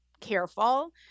careful